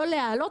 לא להעלות,